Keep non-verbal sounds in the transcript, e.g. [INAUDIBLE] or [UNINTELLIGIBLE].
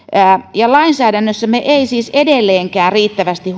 lainsäädännössä me emme siis edelleenkään huomioi riittävästi [UNINTELLIGIBLE]